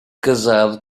casado